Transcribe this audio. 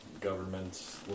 government